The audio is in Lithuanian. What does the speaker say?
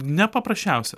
ne paprasčiausia